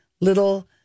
little